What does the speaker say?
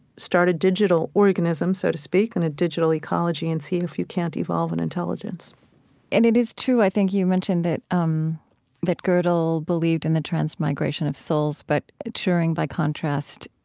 start a digital organism, so to speak, in a digital ecology and see if you can't evolve an intelligence and it is true, i think you mentioned, that um that godel believed in the transmigration of souls but turing by contrast